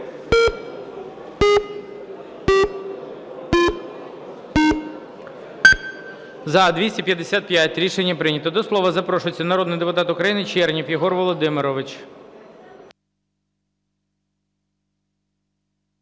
За-255 Рішення прийнято. До слова запрошується народний депутат України Чернєв Єгор Володимирович.